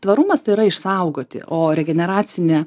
tvarumas tai yra išsaugoti o regeneracinė